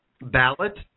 ballot